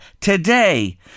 Today